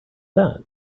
that